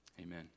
Amen